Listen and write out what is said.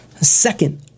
Second